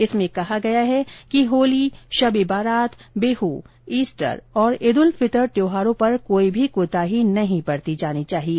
इसमें कहा गया है कि होली शब ए बारात बिह ईस्टर और ईद उल फितर त्यौहारों पर कोई भी कोताही नहीं बरती जानी चाहिए